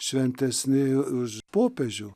šventesni už popiežių